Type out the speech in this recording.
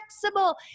flexible